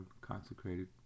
consecrated